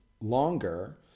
longer